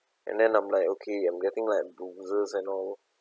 and then I'm like okay I'm getting like bruises and all